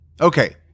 Okay